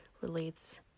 relates